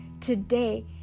today